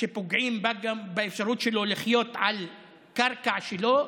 שפוגעים באפשרות שלו לחיות על קרקע שלו,